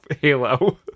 Halo